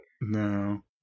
No